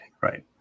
right